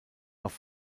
auf